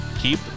Keep